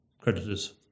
creditors